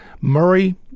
Murray